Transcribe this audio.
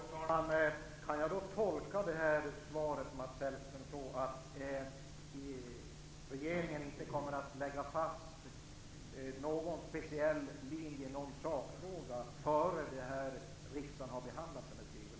Fru talman! Kan jag tolka Mats Hellströms svar så, att regeringen inte kommer att lägga fast någon speciell linje i någon sakfråga innan riksdagen behandlat skrivelsen?